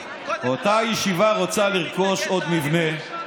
אני מתנגד לאלימות,